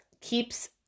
keeps